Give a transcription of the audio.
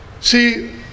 See